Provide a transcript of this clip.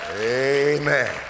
Amen